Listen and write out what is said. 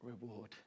reward